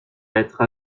être